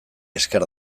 esker